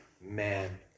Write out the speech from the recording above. man